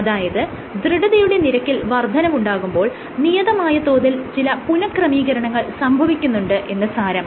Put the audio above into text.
അതായത് ദൃഢതയുടെ നിരക്കിൽ വർദ്ധനവുണ്ടാകുമ്പോൾ നിയതമായ തോതിൽ ചില പുനഃക്രമീകരണങ്ങൾ സംഭവിക്കുന്നുണ്ട് എന്ന് സാരം